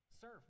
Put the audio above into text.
Serve